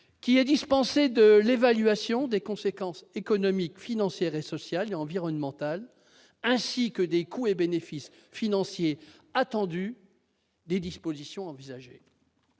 plus d'une évaluation des conséquences économiques, sociales et environnementales, ainsi que des coûts et bénéfices financiers attendus des dispositions envisagées